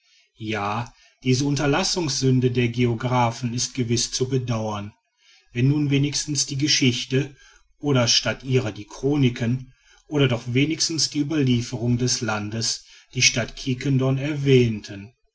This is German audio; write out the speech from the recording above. ja diese unterlassungssünde der geographen ist gewiß zu bedauern wenn nun wenigstens die geschichte oder statt ihrer die chroniken oder doch wenigstens die ueberlieferung des landes die stadt quiquendone erwähnten